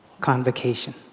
Convocation